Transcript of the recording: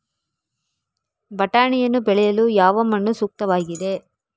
ಬಟಾಣಿಯನ್ನು ಬೆಳೆಯಲು ಯಾವ ಮಣ್ಣು ಸೂಕ್ತವಾಗಿದೆ?